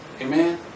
Amen